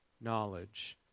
knowledge